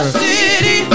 city